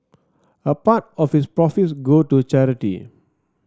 a part of its profits go to charity